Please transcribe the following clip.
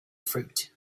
fruit